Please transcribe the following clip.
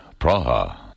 Praha